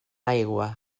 aigua